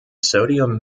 sodium